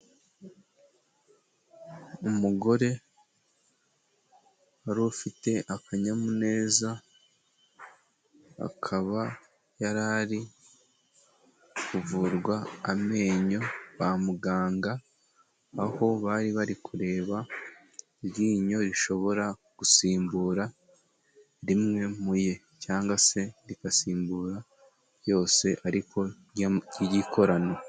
Umugore wari ufite akanyamuneza, akaba yari ari kuvurwa amenyo kwa muganga, aho bari bari kureba iryinyo rishobora gusimbura rimwe muye, cyangwa se rigasimbura yose ariko ry'irikorano.